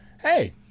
hey